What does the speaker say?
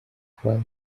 cry